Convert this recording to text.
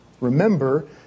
remember